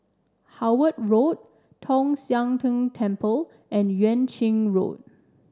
Howard Road Tong Sian Tng Temple and Yuan Ching Road